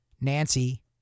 Nancy